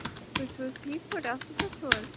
تُہۍ چھُو حظ ٹھیٖک پٲٹھۍ اَصٕل پٲٹھۍ چھُو حظ